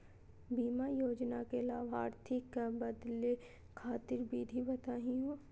बीमा योजना के लाभार्थी क बदले खातिर विधि बताही हो?